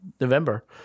November